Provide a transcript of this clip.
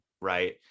right